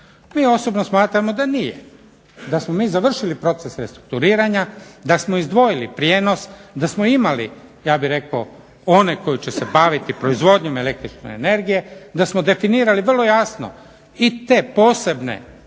MI osobno smatramo da nije da smo mi završili proces restrukturiranja, da smo izdvojili prijenos, da smo imali ja bih rekao one koji će se baviti proizvodnjom električne energije, da smo definirali vrlo jasno i te posebne